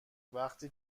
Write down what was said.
وقتی